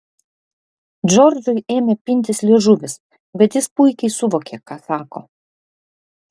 džordžui ėmė pintis liežuvis bet jis puikiai suvokė ką sako